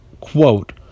quote